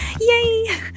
Yay